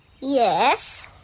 Yes